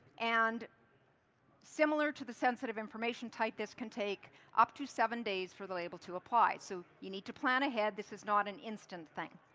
and similar to the sensitive information type, this can take up to seven days for the label to lea. apply. so you need to plan ahead. this is not an instant thing.